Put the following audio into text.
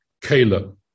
Caleb